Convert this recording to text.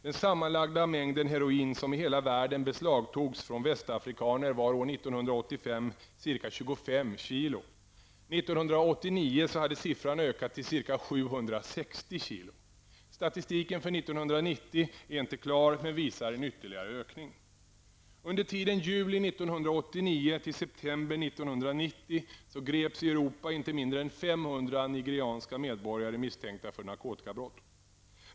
Den sammanlagda mängden heroin som i hela världen beslagtogs från västafrikaner var år 1985 ca 25 kilo. 1990 är ännu inte klar, men visar en ytterligare ökning. Europa inte mindre än 500 nigerianska medborgare misstänka för narkotikabrott.